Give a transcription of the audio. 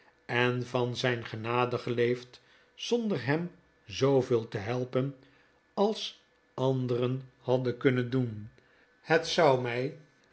en van zijn genade geleefd zonder hem zooveel te helpen als anderen hadden kunnen doen het zou mij